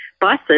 buses